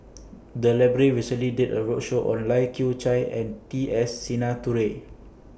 The Library recently did A roadshow on Lai Kew Chai and T S Sinnathuray